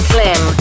Slim